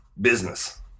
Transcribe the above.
business